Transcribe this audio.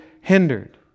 hindered